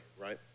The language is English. Right